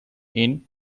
inn